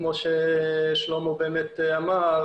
כמו שנאמר,